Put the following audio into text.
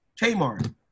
Kmart